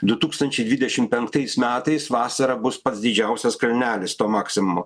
du tūkstančiai dvidešim penktais metais vasarą bus pats didžiausias kalnelis to maksimumo